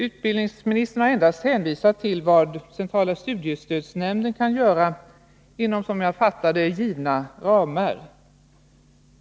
Utbildningsministern har endast hänvisat till vad centrala studiestödsnämnden kan göra inom, som jag uppfattade det, givna ramar.